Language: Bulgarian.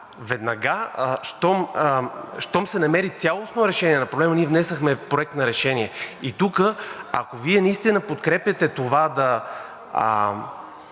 Веднага щом се намери цялостно решение на проблема, ние внесохме Проект на решение. Ако тук Вие наистина подкрепяте това да